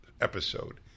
episode